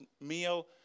meal